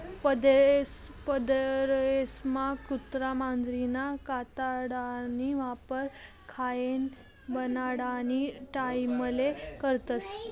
परदेसमा कुत्रा मांजरना कातडाना वापर खेयना बनाडानी टाईमले करतस